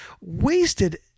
wasted